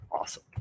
awesome